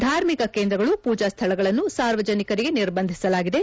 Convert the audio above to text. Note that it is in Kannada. ಧಾರ್ಮಿಕ ಕೇಂದ್ರಗಳು ಪೂಜಾ ಸ್ಥಳಗಳನ್ನು ಸಾರ್ವಜನಿಕರಿಗೆ ನಿರ್ಬಂಧಿಸಲಾಗಿದೆ